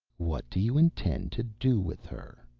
what do you intend to do with her?